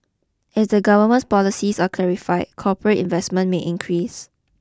as the government's policies are clarified corporate investment may increase